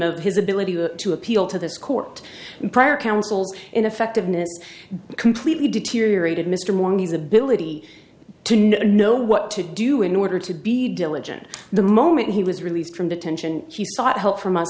of his ability to to appeal to this court prior counsel's ineffectiveness completely deteriorated mr monty's ability to know what to do in order to be diligent the moment he was released from detention she sought help from us